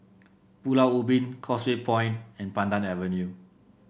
Pulau Ubin Causeway Point and Pandan Avenue